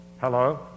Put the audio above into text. Hello